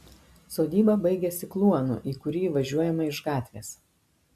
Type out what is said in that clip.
sodyba baigiasi kluonu į kurį įvažiuojama iš gatvės